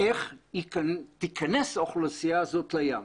איך תיכנס האוכלוסייה לים,